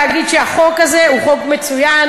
להגיד שהחוק הזה הוא חוק מצוין,